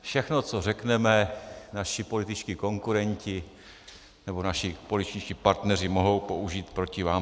Všechno, co řekneme, naši političtí konkurenti nebo naši političtí partneři mohou použít proti vám.